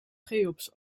cheops